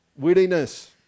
Wittiness